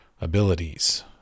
abilities